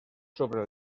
sobre